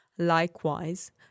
Likewise